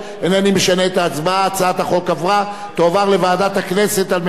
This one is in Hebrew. היא תועבר לוועדת הכנסת על מנת להכינה לקריאה ראשונה.